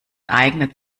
eignet